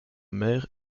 mer